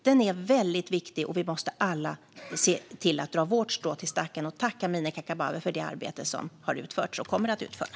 Den är väldigt viktig, och vi måste alla se till att dra vårt strå till stacken. Tack, Amineh Kakabaveh, för det arbete du har utfört och kommer att utföra!